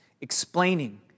Explaining